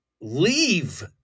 leave